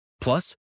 Plus